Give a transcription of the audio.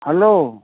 hello